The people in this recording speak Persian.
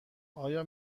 آیا